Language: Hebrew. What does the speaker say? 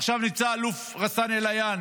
עכשיו נמצא אלוף רסאן עליאן